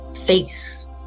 face